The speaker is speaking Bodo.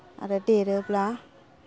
आरो देरोब्ला